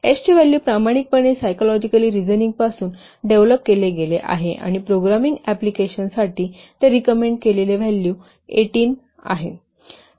S चे value प्रामाणिकपणे psychologically reasoning पासून डेव्हलप केले गेले आहे आणि प्रोग्रामिंग अप्लिकेशन्ससाठी हे रेकमंड केलेले व्हॅल्यू 18 आहे